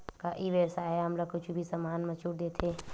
का ई व्यवसाय ह हमला कुछु भी समान मा छुट देथे?